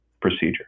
procedure